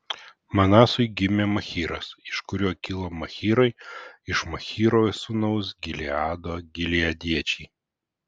manasui gimė machyras iš kurio kilo machyrai iš machyro sūnaus gileado gileadiečiai